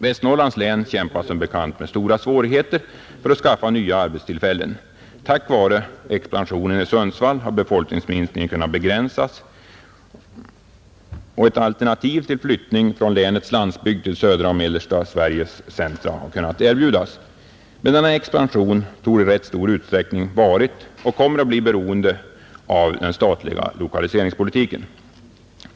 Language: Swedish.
Detta län kämpar som bekant med stora svårigheter att skaffa nya arbetstillfällen, Tack vare expansionen i Sundsvall har befolkningsminskningen kunnat begränsas, och ett alternativ till flyttning från länets landsbygd till södra och mellersta Sveriges centra har kunnat erbjudas. Men denna expansion torde i rätt stor utsträckning ha varit och torde komma att bli beroende av den statliga lokaliseringspolitiken.